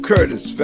Curtis